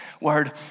word